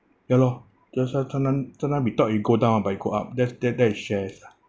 ya lor just now turn out turn out we though it go down but it go up that's that that is shares lah